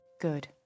Good